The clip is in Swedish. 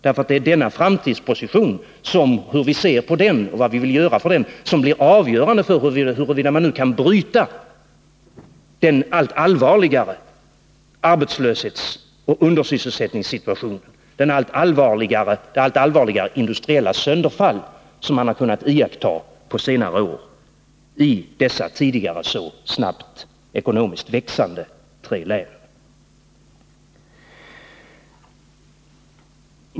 Hur vi ser på denna 149 framtidsposition och vad vi vill göra för den blir nämligen avgörande för om vi skall kunna bryta den allt allvarligare arbetslöshetsoch undersysselsättningssituationen och det allt allvarligare industriella sönderfall som på senare år har kunnat iakktagas i dessa tidigare i ekonomiskt avseende så snabbt växande tre län.